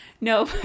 No